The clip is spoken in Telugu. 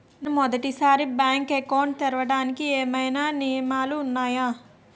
నేను మొదటి సారి బ్యాంక్ అకౌంట్ తెరవడానికి ఏమైనా నియమాలు వున్నాయా?